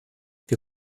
wir